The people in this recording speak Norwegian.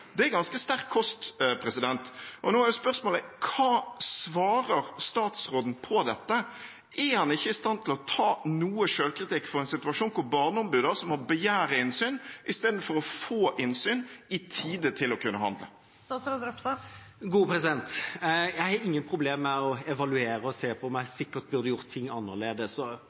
Det er ganske sterk kost. Nå er spørsmålet: Hva svarer statsråden på dette? Er han ikke i stand til å ta noe selvkritikk for en situasjon hvor barneombudet må begjære innsyn istedenfor å få innsyn i tide til å kunne handle? Jeg har ingen problemer med å evaluere og se på om jeg sikkert burde gjort ting annerledes